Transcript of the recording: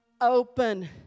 Open